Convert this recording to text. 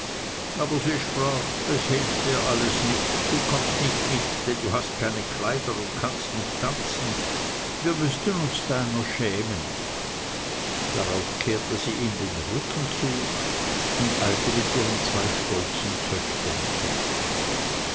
aber sie sprach es hilft dir alles nichts du kommst nicht mit denn du hast keine kleider und kannst nicht tanzen wir müßten uns deiner schämen darauf kehrte sie ihm den rücken zu und eilte mit ihren zwei stolzen töchtern fort